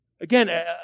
again